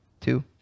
two